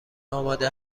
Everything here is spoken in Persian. آماده